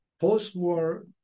post-war